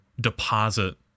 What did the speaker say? deposit